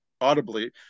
audibly